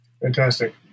Fantastic